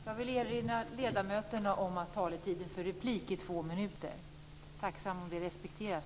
Jag vill erinra ledamöterna om att taletiden för replik är två minuter. Jag är tacksam om det respekteras framöver.